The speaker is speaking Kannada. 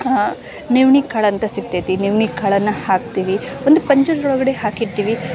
ನವಣೆ ಕಾಳಂಥ ಸಿಕ್ತೈತಿ ನವಣಿ ಕಾಳನ್ನು ಹಾಕ್ತೀವಿ ಒಂದು ಪಂಜರದೊಳಗಡೆ ಹಾಕಿರ್ತೀವಿ